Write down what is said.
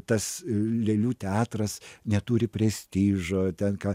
tas lėlių teatras neturi prestižo ten ką